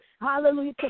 hallelujah